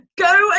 go